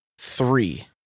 three